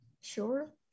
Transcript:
Sure